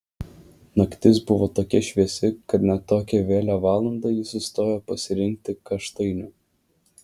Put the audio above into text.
naktis buvo tokia šviesi kad net tokią vėlią valandą ji sustojo pasirinkti kaštainių